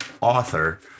author